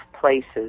places